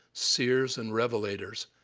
seers, and revelators.